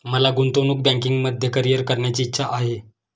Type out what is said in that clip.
मला गुंतवणूक बँकिंगमध्ये करीअर करण्याची इच्छा आहे